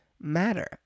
matter